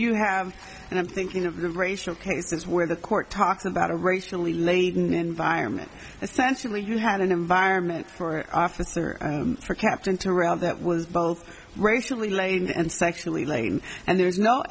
you have and i'm thinking of the racial cases where the court talks about a racially laden environment essentially you had an environment for officer for captain to round that was both racially laden and sexually laden and there's no